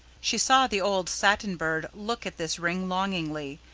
she saw the old satin bird look at this ring longingly,